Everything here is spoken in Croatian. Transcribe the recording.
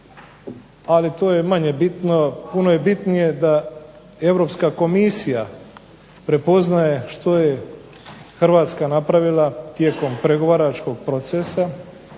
ali to je manje bitno. Puno je bitnije da Europska komisija prepoznaje što je Hrvatska napravila tijekom pregovaračkog procesa